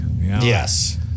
Yes